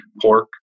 pork